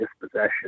dispossession